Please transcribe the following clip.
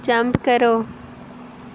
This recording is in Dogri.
जंप करो